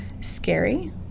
scary